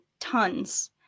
tons